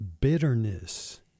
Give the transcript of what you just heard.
Bitterness